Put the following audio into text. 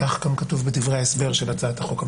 כך גם כתוב בדברי ההסבר של הצעת החוק הממשלתית,